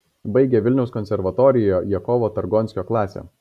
baigė vilniaus konservatorijoje jakovo targonskio klasę